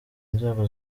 nzego